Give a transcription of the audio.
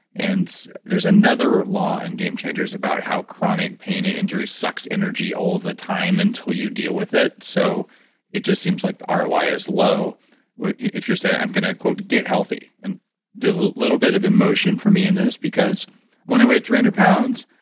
and there's another law in game changers, about how chronic pain and injury sucks energy all the time until you deal with it so it just seems like the roi is low if you say, i'm going to get healthy, and there's a little bit of emotion for me in this because when i weighed three hundred pounds,